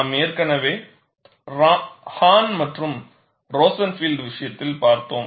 நாம் ஏற்கனவே ஹான் மற்றும் ரோசன்ஃபீல்ட் விஷயத்தில் பார்த்துள்ளோம்